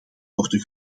worden